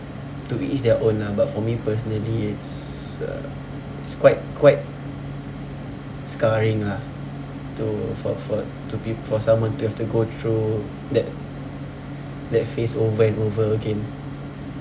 to each their own lah but for me personally it's uh it's quite quite scarring lah to for for to be for someone to have to go through that that phase over and over again